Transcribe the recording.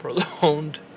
prolonged